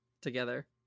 together